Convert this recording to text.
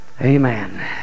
amen